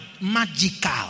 magical